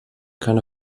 keine